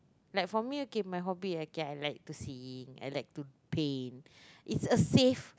like for me okay my hobby okay I like to sing I like to paint it's a safe